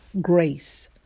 Grace